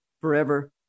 forever